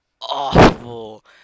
awful